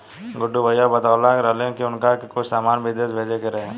गुड्डू भैया बतलावत रहले की उनका के कुछ सामान बिदेश भेजे के रहे